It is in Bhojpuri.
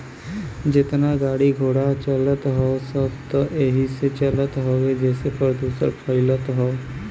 जेतना गाड़ी घोड़ा चलत हौ सब त एही से चलत हउवे जेसे प्रदुषण फइलत हौ